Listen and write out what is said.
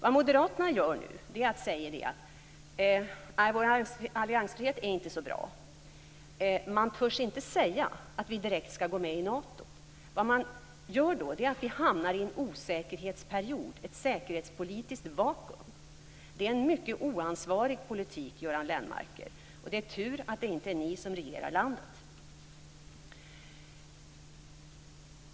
Vad Moderaterna nu gör är att säga att alliansfriheten inte är så bra. De törs inte direkt säga att vi skall gå med i Nato. Vad som då sker är att vi hamnar i en osäkerhetsperiod, ett säkerhetspolitiskt vakuum. Det är en mycket oansvarig politik, Göran Lennmarker. Det är tur att det inte är ni som regerar landet.